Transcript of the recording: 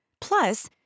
Plus